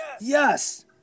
yes